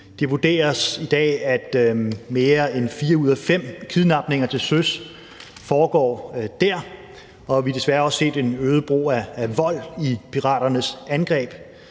Det vurderes i dag, at mere end fire ud af fem kidnapninger til søs foregår dér, og vi har desværre set en øget brug af vold i forbindelse